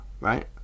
right